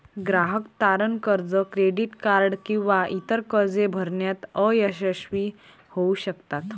ग्राहक तारण कर्ज, क्रेडिट कार्ड किंवा इतर कर्जे भरण्यात अयशस्वी होऊ शकतात